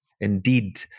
Indeed